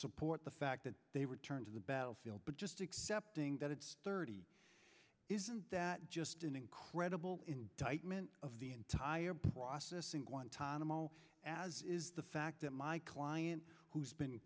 support the fact that they return to the battlefield but just accepting that it's thirty isn't that just an incredible indictment of the entire process in guantanamo as is the fact that my client who's been